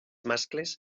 mascles